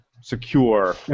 secure